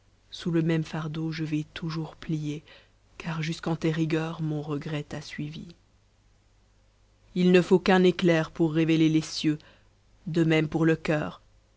sous le même fardeau je vais toujours plié car jusqu'en tes rigueurs mon regret t'a suivie il ne faut qu'un éclair pour révéler les cieux de même pour le coeur